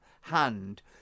hand